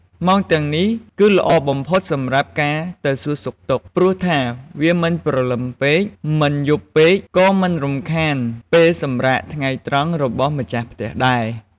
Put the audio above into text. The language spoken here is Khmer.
ម៉ោងទាំងនេះគឺល្អបំផុតសម្រាប់ការទៅសួរសុខទុក្ខ ព្រោះថាវាមិនព្រលឹមពេក មិនយប់ពេក ក៏មិនរំខានពេលសម្រាកថ្ងៃត្រង់របស់ម្ចាស់ផ្ទះដែរ។